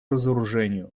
разоружению